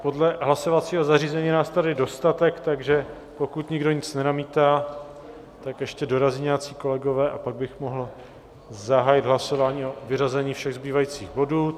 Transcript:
Podle hlasovacího zařízení je nás tady dostatek, takže pokud nikdo nic nenamítá, ještě dorazí nějací kolegové, a pak bych mohl zahájit hlasování o vyřazení všech zbývajících bodů.